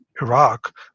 Iraq